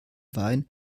wein